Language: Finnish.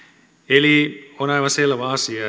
eli on aivan selvä asia